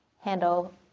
handle